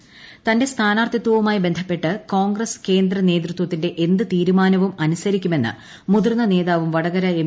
മുരളീധരൻ തന്റെ സ്ഥാനാർത്ഥിത്വവുമായി ബന്ധപ്പെട്ട് കോൺഗ്രസ് കേന്ദ്ര നേതൃത്വത്തിന്റെ എന്തു തീരുമാനവും അനുസരിക്കുമെന്ന് മുതിർന്ന നേതാവും വടകര എം